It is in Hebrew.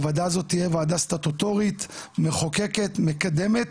הוועדה הזאת תהיה ועדה סטטוטורית מחוקקת מקדמת,